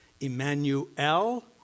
Emmanuel